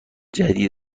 جدید